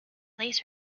lays